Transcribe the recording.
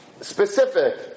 specific